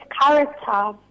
character